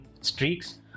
streaks